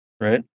right